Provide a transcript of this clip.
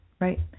Right